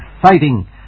exciting